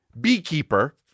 beekeeper